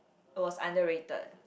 it was underrated